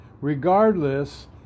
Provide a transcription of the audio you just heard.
regardless